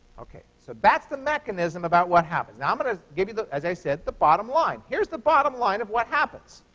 ok. so that's the mechanism about what happens. now i'm going to give you, as i said, the bottom line. here's the bottom line of what happens.